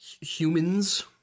humans